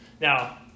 Now